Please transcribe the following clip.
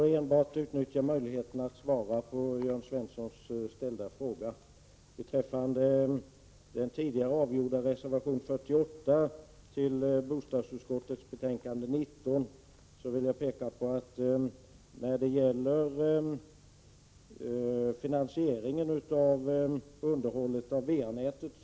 Herr talman! Som svar på Jörn Svenssons fråga vill jag påpeka att reservation 48 till bostadsutskottets betänkande 10 gäller finansieringen av underhållet av va-nätet.